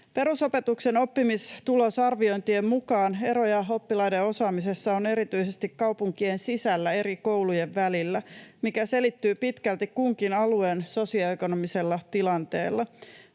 Perusopetuksen oppimistulosarviointien mukaan eroja oppilaiden osaamisessa on erityisesti kaupunkien sisällä eri koulujen välillä, mikä selittyy pitkälti kunkin alueen sosioekonomisella tilanteella.